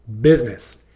business